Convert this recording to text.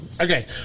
Okay